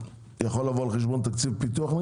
ה-700 מיליון האלה יכולים לבוא נגיד על חשבון תקציב פיתוח?